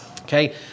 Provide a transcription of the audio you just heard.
Okay